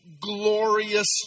glorious